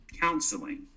counseling